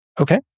Okay